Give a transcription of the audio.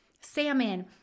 salmon